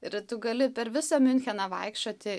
ir tu gali per visą miuncheną vaikščioti